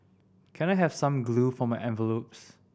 can I have some glue for my envelopes